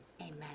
amen